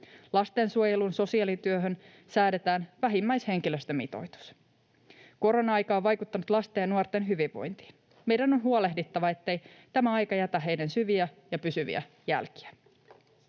Lastensuojelun sosiaalityöhön säädetään vähimmäishenkilöstömitoitus. Korona-aika on vaikuttanut lasten ja nuorten hyvinvointiin. Meidän on huolehdittava, ettei tämä aika jätä heihin syviä ja pysyviä jälkiä.